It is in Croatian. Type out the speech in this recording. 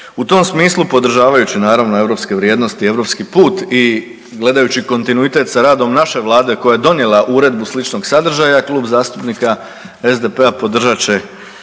U tom smislu podržavajući naravno europske vrijednosti i europski put i gledajući kontinuitet sa radom naše vlade koja je donijela uredbu sličnog sadržaja Klub zastupnika SDP-a podržat će